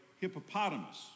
hippopotamus